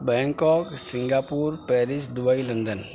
Bangkok Singapore Paris Dubai London